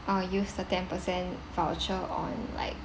uh use the ten percent voucher on like